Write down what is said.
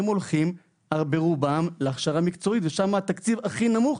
הם הולכים ברובם להכשרה מקצועית ושם התקציב הכי נמוך.